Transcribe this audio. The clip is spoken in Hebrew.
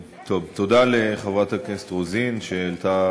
תודה לחברת הכנסת רוזין, שהעלתה